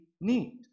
need